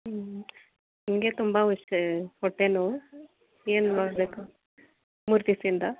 ಹ್ಞೂ ನನ್ಗೆ ತುಂಬ ಹೊಟ್ಟೆ ನೋವು ಏನು ಮಾಡಬೇಕು ಮೂರು ದಿವಸ್ದಿಂದ